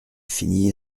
fini